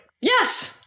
Yes